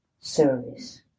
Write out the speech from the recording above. service